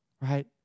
right